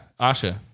Asha